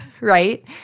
right